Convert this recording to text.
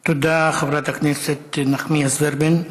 תודה, חברת הכנסת נחמיאס ורבין.